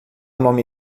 nome